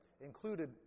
included